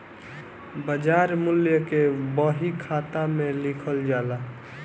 बाजार मूल्य के बही खाता में लिखल जाला